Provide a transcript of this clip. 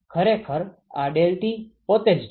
ખરેખર આ ∆T પોતે છે